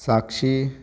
साक्षी